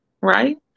right